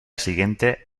siguiente